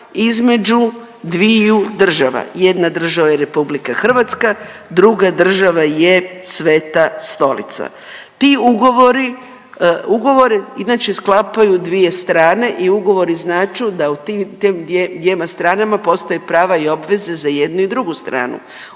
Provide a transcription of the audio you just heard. između dviju država, jedna država je RH, druga država je Sveta Stolica. Ti ugovori, ugovore inače sklapaju dvije strane i ugovori značu da u tim dvjema stranama postoje prava i obveze za jednu i drugu stranu.